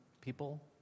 people